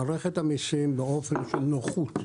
מערכת המיסים, מאופן של נוחות,